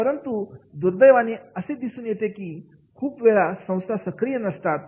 परंतु दुर्दैवाने असे दिसून येते की खूप वेळा संस्था सक्रिय नसतात